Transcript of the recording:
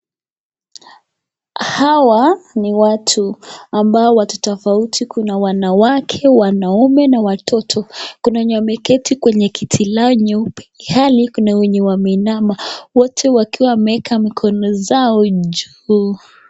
Hawa ni watu, ambao watu tofauti, kuna wanawake, wanaume na watoto. Kuna wenye wameketi kwenye kiti la nyeupe ilhali kuna wenye wameinama. Wote wakiwa wameeka mikono zao juu.